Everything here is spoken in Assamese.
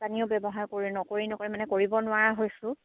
পানীও ব্যৱহাৰ কৰি নকৰি নকৰি মানে কৰিব নোৱাৰা হৈছোঁ